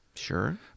Sure